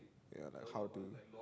ya like how to